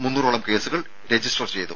മുന്നൂറോളം കേസുകൾ രജിസ്റ്റർ ചെയ്തു